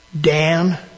Dan